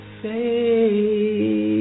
faith